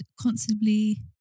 constantly